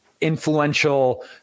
influential